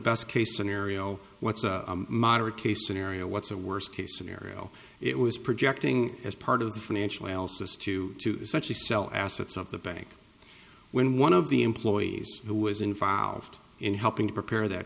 best case scenario what's a moderate case scenario what's the worst case scenario it was projecting as part of the financial elsa's to do such a sell assets of the bank when one of the employees who was involved in helping to prepare that